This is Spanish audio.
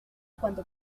cuanto